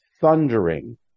thundering